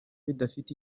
bidafite